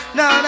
no